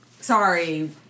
sorry